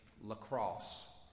lacrosse